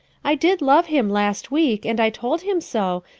i did love him last week and i told him so,